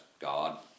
God